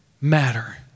matter